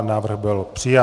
Návrh byl přijat.